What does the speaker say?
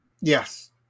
Yes